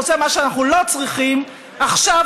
זה מה שאנחנו לא צריכים עכשיו,